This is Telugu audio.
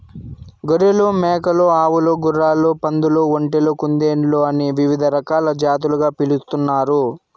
గొర్రెలు, మేకలు, ఆవులు, గుర్రాలు, పందులు, ఒంటెలు, కుందేళ్ళు అని వివిధ రకాల జాతులుగా పిలుస్తున్నారు